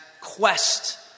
quest